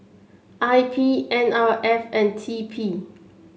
I P N R F and T P